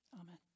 Amen